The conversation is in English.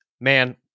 Man